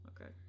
Okay